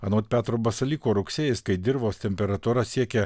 anot petro basalyko rugsėjis kai dirvos temperatūra siekia